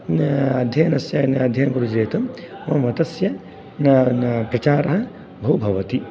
अध्ययनस्य अध्ययनं कुर्मः चेत् मम मतस्य प्रचारः बहु भवति